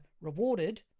rewarded